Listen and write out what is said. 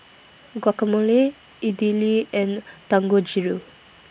Guacamole Idili and Dangojiru